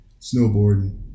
snowboarding